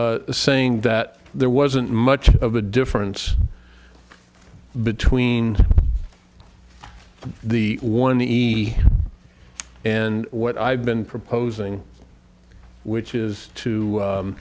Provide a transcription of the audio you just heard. saying that there wasn't much of a difference between the one he and what i've been proposing which is to